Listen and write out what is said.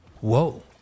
Whoa